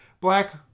Black